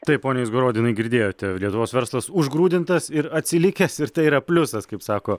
taip pone izgrodinai girdėjote lietuvos verslas užgrūdintas ir atsilikęs ir tai yra pliusas kaip sako